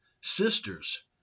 sisters